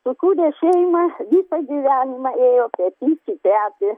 sukūrė šeimą visą gyvenimą ėjo petys į petį